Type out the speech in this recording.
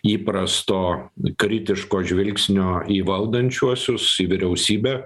įprasto kritiško žvilgsnio į valdančiuosius į vyriausybę